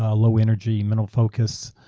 ah low energy, mental focus,